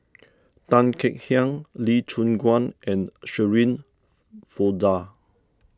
Tan Kek Hiang Lee Choon Guan and Shirin Fozdar